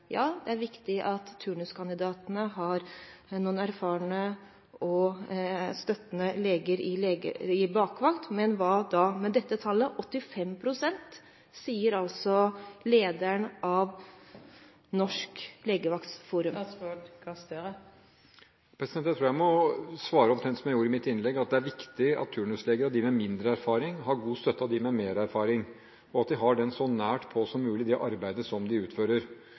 Ja, det er viktig at turnuskandidatene har noen erfarne og støttende leger i bakvakt, men hva da med dette tallet – 85 pst. – som leder av Norsk Legevaktforum skriver om. Jeg tror jeg må svare omtrent som jeg gjorde i mitt innlegg, at det er viktig at turnusleger og de med mindre erfaring har god støtte av dem med mer erfaring, og at de har dem så nært på som mulig i det arbeidet som de utfører.